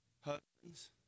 husbands